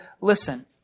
Listen